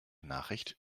nachricht